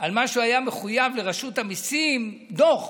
על מה שהוא היה מחויב לרשות המיסים, דוח,